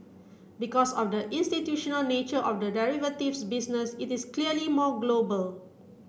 because of the institutional nature of the derivatives business it is clearly more global